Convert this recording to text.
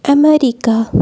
America